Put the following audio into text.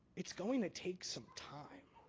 it's going to take some time.